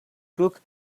crook